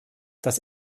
dass